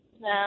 No